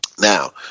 Now